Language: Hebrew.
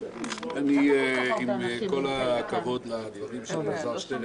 עם כל הכבוד לדברים של אלעזר שטרן,